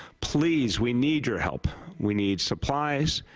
please, we need your help. we need supplies.